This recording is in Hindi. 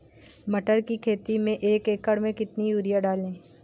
मटर की खेती में एक एकड़ में कितनी यूरिया डालें?